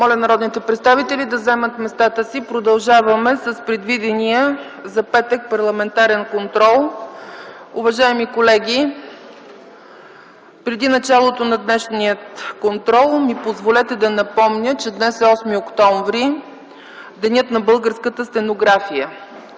Моля народните представители да заемат местата си! Продължаваме с предвидения за петък: ПАРЛАМЕНТАРЕН КОНТРОЛ. Уважаеми колеги, преди началото на днешния контрол ми позволете да напомня, че днес е 8 октомври – Денят на българската стенография.